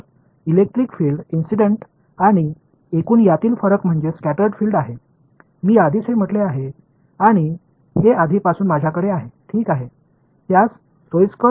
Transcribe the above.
எனவே எலக்ட்ரிக்ஃபில்டு சம்பவம் மற்றும் மொத்த ஸ்கடடு ஃபில்டுகும் உள்ள வேறுபாடு என்னவென்றால் நான் ஏற்கனவே குறிப்பிட்டது போல இதுதான் எங்களுக்கு ஏற்கனவே இருந்தது